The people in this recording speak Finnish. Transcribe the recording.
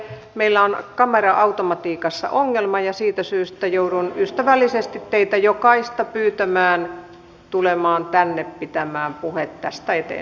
meillä on kamera automatiikassa ongelma ja siitä syystä joudun ystävällisesti teitä jokaista pyytämään tulemaan tänne pitämään puhetta tästä eteenkin päin